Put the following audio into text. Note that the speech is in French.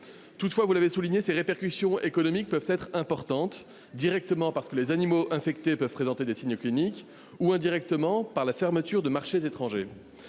Toutefois, vous l’avez souligné, ces répercussions économiques peuvent être importantes, directement, parce que les animaux infectés peuvent présenter des signes cliniques ou, indirectement, par la fermeture de marchés étrangers.